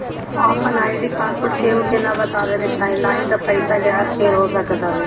आपन ID password केहू के ना बतावे के चाही नाही त पईसा के हर फेर हो सकत हवे